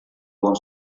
buon